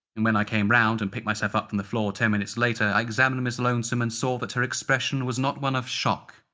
and when i came round and picked myself up from the floor ten minutes later, i examined ms lonesome and saw that her expression was not one of shock,